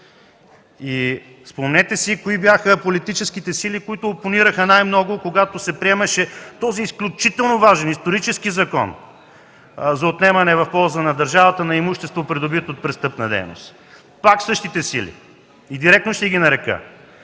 Спомнете си кои бяха политическите сили, които опонираха най-много, когато се приемаше този изключително важен, исторически Закон за отнемане в полза на държавата на имущество, придобито от престъпна дейност? Пак същите сили. И директно ще ги нарека: